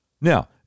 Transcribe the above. Now